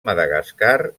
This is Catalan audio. madagascar